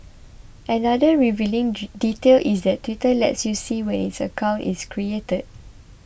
another revealing detail is that Twitter lets you see when its accounts is created